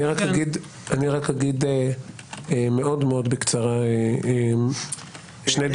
אני רק אגיד מאוד מאוד בקצרה שני דברים.